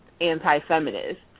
anti-feminist